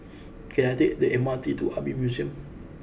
can I take the M R T to Army Museum